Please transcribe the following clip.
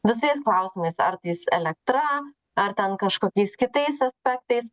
visais klausimais ar tais elektra ar ten kažkokiais kitais aspektais